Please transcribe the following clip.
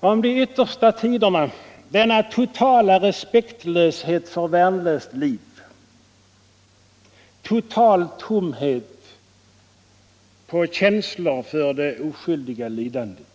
om de yttersta tiderna — denna totala respektlöshet för värnlöst liv, denna totala tomhet på känslor för det oskyldiga lidandet.